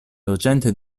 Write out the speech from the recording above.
docente